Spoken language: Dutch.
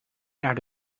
naar